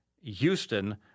Houston